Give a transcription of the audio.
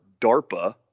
DARPA